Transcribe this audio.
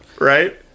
Right